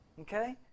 Okay